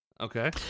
Okay